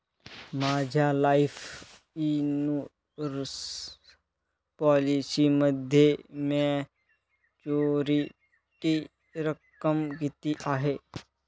माझ्या life insurance पॉलिसीमध्ये maturity रक्कम किती आहे?